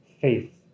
faith